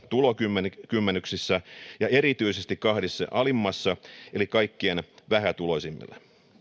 tulokymmenyksissä ja erityisesti kahdessa alimmassa eli kaikkein vähätuloisimmissa